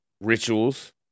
rituals